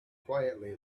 quietly